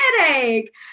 headache